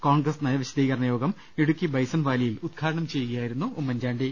കോൺഗ്രസ് നയവിശദീകരണയോഗം ഇടുക്കി ബൈസൺവാലിയിൽ ഉദ്ഘാടനം ചെയ്യുകയായിരുന്നു അദ്ദേഹം